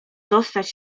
dostać